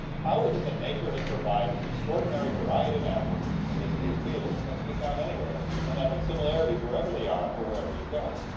how is it that nature has provided this extraordinary variety of animals, in this case, beetles, that can be found anywhere and that have similarities wherever they are or wherever you go.